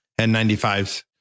N95s